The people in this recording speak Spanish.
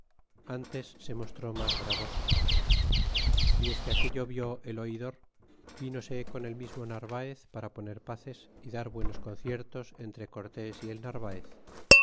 antes se mostró mas bravos y desque aquello vi el oidor vínose con el mismo narvaez para poner paces y dar buenos conciertos entre cortón y el narvaoz